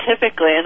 typically